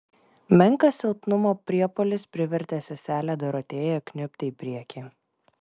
menkas silpnumo priepuolis privertė seselę dorotėją kniubti į priekį